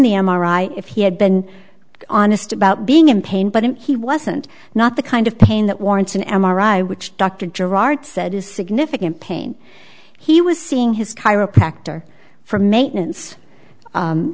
the m r i if he had been honest about being in pain but he wasn't not the kind of pain that warrants an m r i which dr gerard said is significant pain he was seeing his chiropractor for maintenance